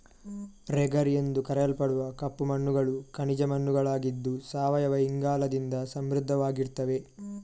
ರೆಗರ್ ಎಂದು ಕರೆಯಲ್ಪಡುವ ಕಪ್ಪು ಮಣ್ಣುಗಳು ಖನಿಜ ಮಣ್ಣುಗಳಾಗಿದ್ದು ಸಾವಯವ ಇಂಗಾಲದಿಂದ ಸಮೃದ್ಧವಾಗಿರ್ತವೆ